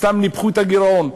סתם ניפחו את הגירעון,